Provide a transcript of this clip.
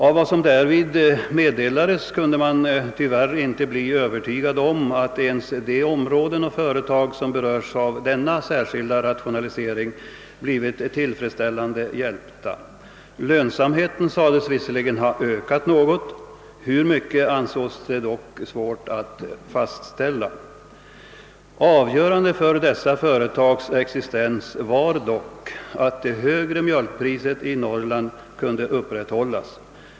Av vad som därvid meddelades kunde man tyvärr inte bli övertygad om att ens de områden och företag som berörs av denna särskilda rationalisering blivit tillfredsställande hjälpta. Lönsamheten sades visserligen ha ökat något men hur mycket ansågs svårt att fastställa. Avgörande för dessa företags existens var dock att det högre mjölkpriset i Norrland kunde upprätthållas.